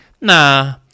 nah